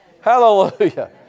Hallelujah